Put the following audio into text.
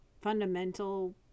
fundamental